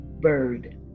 Bird